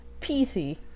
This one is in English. PC